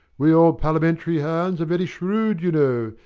we old parliamentary hands are very shrewd, you know,